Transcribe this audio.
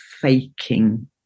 faking